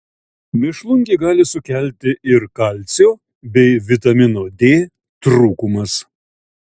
mėšlungį gali sukelti ir kalcio bei vitamino d trūkumas